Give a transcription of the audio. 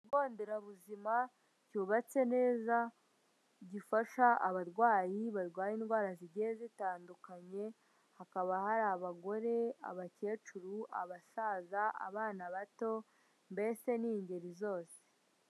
Ikigo nderabuzima cyubatse neza gifasha abarwayi barwaye indwara zigiye zitandukanye hakaba hari abagore, abakecuru, abasaza, abana bato mbese ni ingeri zose.